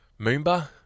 Moomba